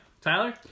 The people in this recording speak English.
Tyler